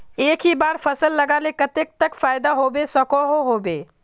एक बार फसल लगाले कतेक तक फायदा होबे सकोहो होबे?